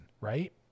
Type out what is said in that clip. right